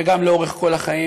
וגם לאורך כל החיים,